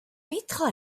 petra